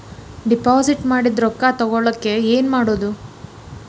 Deposit ಮಾಡಿದ ರೊಕ್ಕ ತಗೋಳಕ್ಕೆ ಏನು ಮಾಡೋದು?